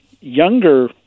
younger